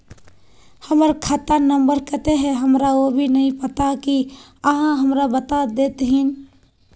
हमर खाता नम्बर केते है हमरा वो भी नहीं पता की आहाँ हमरा बता देतहिन?